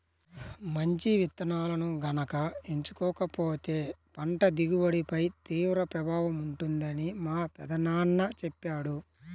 మంచి విత్తనాలను గనక ఎంచుకోకపోతే పంట దిగుబడిపై తీవ్ర ప్రభావం ఉంటుందని మా పెదనాన్న చెప్పాడు